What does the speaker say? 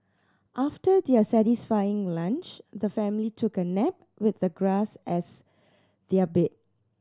after their satisfying lunch the family took a nap with the grass as their bed